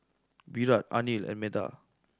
Virat Anil and Medha